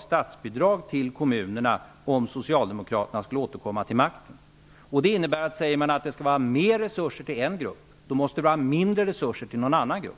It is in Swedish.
statsbidrag till kommunerna om Socialdemokraterna skulle återkomma till makten. Det innebär att om det skall bli mer resurser till en grupp måste det bli mindre resurser till en annan grupp.